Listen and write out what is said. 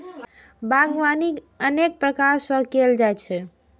बागवानी अनेक प्रकार सं कैल जाइ छै